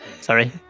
Sorry